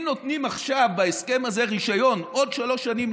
אם נותנים עכשיו בהסכם הזה רישיון עוד שלוש או